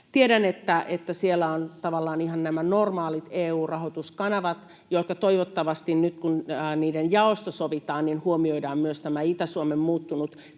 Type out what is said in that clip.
Tiedän, että siellä ovat ihan nämä normaalit EU-rahoituskanavat, ja toivottavasti nyt kun niiden jaosta sovitaan, huomioidaan myös tämä Itä-Suomen muuttunut